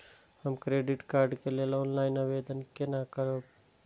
हम credit card के लेल ऑनलाइन आवेदन केना करब?